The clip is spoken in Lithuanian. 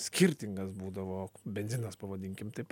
skirtingas būdavo benzinas pavadinkim taip